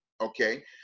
okay